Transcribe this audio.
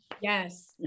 Yes